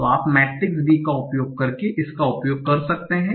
तो आप matrix B का उपयोग करके इसका उपयोग कर सकते हैं